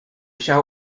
shall